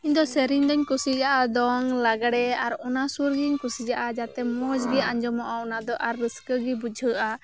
ᱤᱧ ᱫᱚ ᱥᱮᱨᱮᱧ ᱫᱚᱧ ᱠᱩᱥᱤᱭᱟᱜᱼᱟ ᱫᱚᱝ ᱞᱟᱜᱽᱲᱮ ᱚᱱᱟ ᱥᱩᱨ ᱜᱤᱧ ᱠᱩᱥᱤᱭᱟᱜᱼᱟ ᱡᱟᱛᱮ ᱢᱚᱸᱡᱽ ᱜᱮ ᱟᱸᱡᱚᱢᱚᱜᱼᱟ ᱚᱱᱟ ᱫᱚ ᱟᱨ ᱨᱟᱹᱥᱠᱟᱹ ᱜᱮ ᱵᱩᱡᱷᱟᱹᱜᱼᱟ